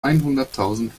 einhunderttausend